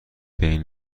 بین